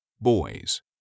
Boys